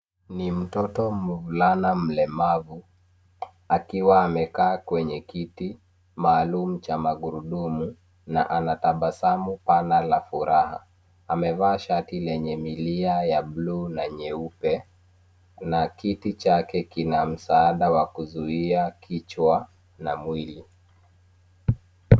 Ni mtoto mvulana mlemavu, akiwa amekaa kwenye kiti maalum cha magurudumu, na ana tabasamu pana la furaha, amevaa shati lenye milia ya blue , na nyeupe, na kiti chake kina msaada wa kuzuia kichwa, na mwili.